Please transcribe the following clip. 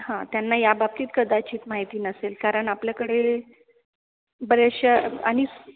हा त्यांना या बाबतीत कदाचित माहिती नसेल कारण आपल्याकडे बऱ्याचशा आणि